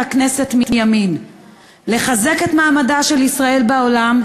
הכנסת מימין לחזק את מעמדה של ישראל בעולם,